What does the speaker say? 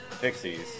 Pixies